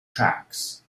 tracks